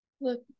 look